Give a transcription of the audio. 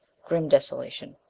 grim desolation.